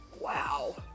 wow